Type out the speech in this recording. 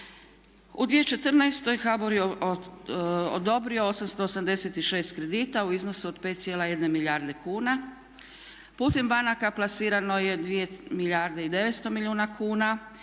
U 2014. HBOR je odobrio 886 kredita u iznosu od 5,1 milijarde kuna. Putem banaka plasirano je 2 milijarde i 900 milijuna kuna